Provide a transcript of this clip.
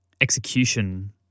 execution